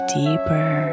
deeper